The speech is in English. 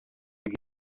here